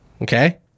Okay